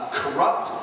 corrupt